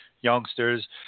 youngsters